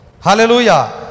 Hallelujah